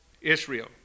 Israel